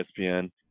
ESPN